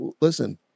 listen